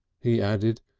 he added,